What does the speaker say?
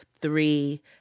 three